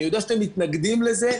אני יודע שאתם מתנגדים לזה,